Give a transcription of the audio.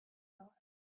thought